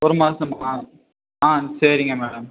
ஒரு மாதமா ஆ சரிங்க மேடம்